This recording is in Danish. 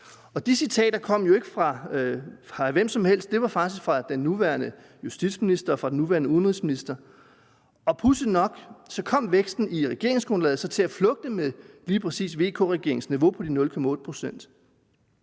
De citater kom jo ikke fra hvem som helst. Det var faktisk fra den nuværende justitsminister og fra den nuværende udenrigsminister. Pudsigt nok kom væksten i regeringsgrundlaget så til at flugte lige præcis med VK-regeringens niveau på de 0,8 pct.